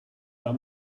are